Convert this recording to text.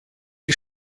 die